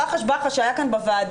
הרחש בחש שהיה כאן בוועדה,